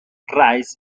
rice